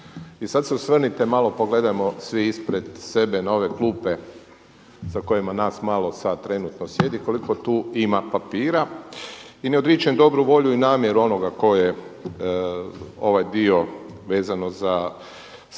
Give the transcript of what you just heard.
i sada se osvrnite malo pogledajmo svi ispred sebe na ove klupe za kojima nas malo sada trenutno sjedi, koliko tu ima papira i ne odričem dobru volju i namjeru onoga ko je ovaj dio vezano za pečat